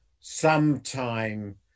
sometime